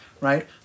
right